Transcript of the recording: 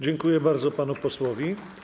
Dziękuję bardzo panu posłowi.